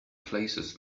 places